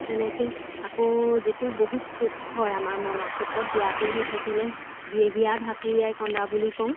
তেনেকে আকৌ যেতিয়া বহুত শোক হয় আমাৰ মনত শোকত ব্যাকুল হৈ থাকিলে হিয়া হিয়া ঢাকুৰিয়াই কন্দা বুলি কওঁ